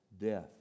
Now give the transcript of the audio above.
Death